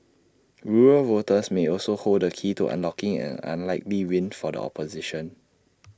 rural voters may also hold the key to unlocking an unlikely win for the opposition